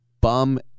bum